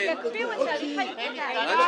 אז שיקפיאו את תהליך העיקול ------ טוב,